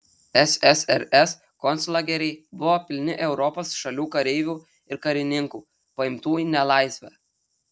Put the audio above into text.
ssrs konclageriai buvo pilni europos šalių kareivių ir karininkų paimtų į nelaisvę